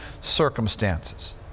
circumstances